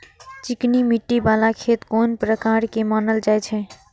चिकनी मिट्टी बाला खेत कोन प्रकार के मानल जाय छै?